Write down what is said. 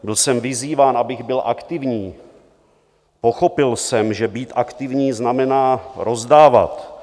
Byl jsem vyzýván, abych byl aktivní, pochopil jsem, že být aktivní znamená rozdávat.